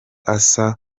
asa